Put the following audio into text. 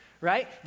right